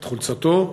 את חולצתו,